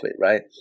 right